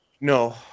No